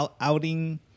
outing